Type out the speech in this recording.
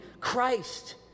Christ